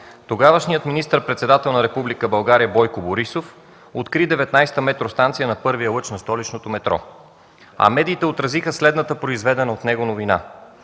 тогавашният министър-председател на Република България Бойко Борисов откри Метростанция 19 на първия лъч на столичното метро, а медиите отразиха следната, произведена от него, новина: